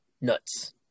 nuts